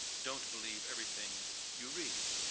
don't believe everything you read.